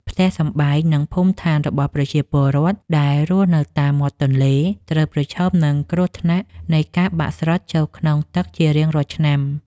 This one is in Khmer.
ផ្ទះសម្បែង និង ភូមិដ្ឋានរបស់ប្រជាពលរដ្ឋដែលរស់នៅតាមមាត់ទន្លេត្រូវប្រឈមនឹងគ្រោះថ្នាក់នៃការបាក់ស្រុតចូលក្នុងទឹកជារៀងរាល់ឆ្នាំ។